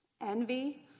envy